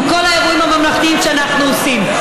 כל האירועים הממלכתיים שאנחנו עושים.